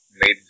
made